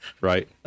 right